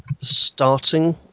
starting